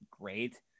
great